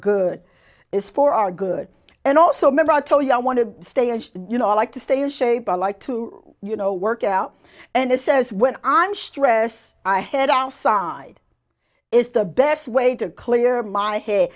good is for our good and also remember i tell you i want to stay as you know i like to stay in shape i like to you know work out and he says when i'm stress i head outside is the best way to clear my head